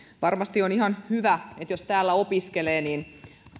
varmasti on ihan hyvä että jos täällä opiskelee niin